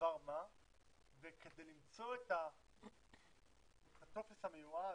דבר מה וכדי למצוא את הטופס המיועד